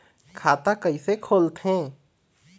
खाता कइसे खोलथें?